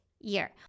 year